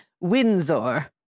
Windsor